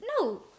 no